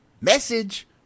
message